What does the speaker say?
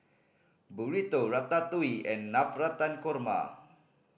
Burrito Ratatouille and Navratan Korma